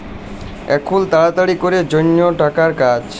এখুল তাড়াতাড়ি ক্যরের জনহ টাকার কাজ